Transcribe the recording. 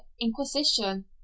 inquisition